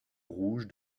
rouge